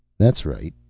that's right.